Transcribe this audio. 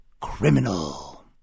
criminal